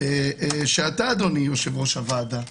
שאתה אדוני יושב-ראש הוועדה,